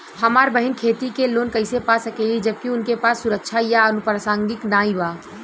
हमार बहिन खेती के लोन कईसे पा सकेली जबकि उनके पास सुरक्षा या अनुपरसांगिक नाई बा?